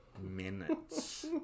minutes